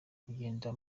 kugenda